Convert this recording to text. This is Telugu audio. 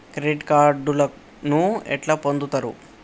క్రెడిట్ కార్డులను ఎట్లా పొందుతరు?